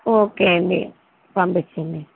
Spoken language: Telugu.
ఓకే అండి పంపించండి